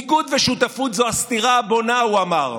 ניגוד ושותפות, זו הסתירה הבונה, הוא אמר.